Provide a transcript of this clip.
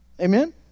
Amen